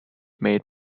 made